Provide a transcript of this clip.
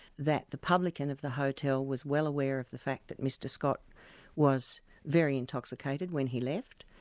that the publican of the hotel was well aware of the fact that mr scott was very intoxicated when he left.